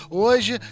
hoje